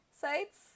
sites